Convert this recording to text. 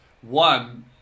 one